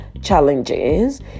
challenges